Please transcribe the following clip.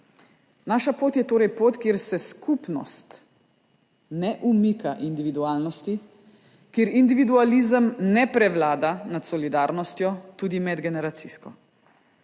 Naša pot je torej pot, kjer se skupnost ne umika individualnosti, kjer individualizem ne prevlada nad solidarnostjo, tudi medgeneracijsko.